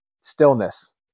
stillness